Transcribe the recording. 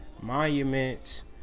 monuments